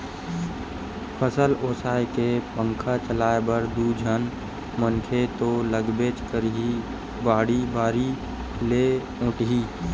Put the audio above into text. फसल ओसाए के पंखा चलाए बर दू झन मनखे तो लागबेच करही, बाड़ी बारी ले ओटही